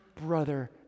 brother